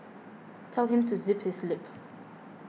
tell him to zip his lip